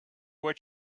what